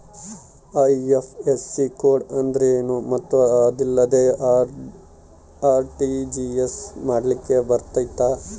IFSC code ಅಂದ್ರೇನು ಮತ್ತು ಅದಿಲ್ಲದೆ ಆರ್.ಟಿ.ಜಿ.ಎಸ್ ಮಾಡ್ಲಿಕ್ಕೆ ಬರ್ತೈತಾ?